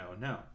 no